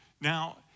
Now